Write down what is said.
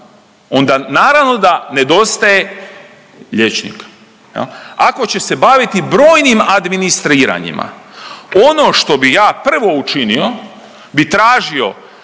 Onda naravno da nedostaje liječnika jel, ako će se baviti brojnim administriranjima. Ono što ja prvo učinio bi tražio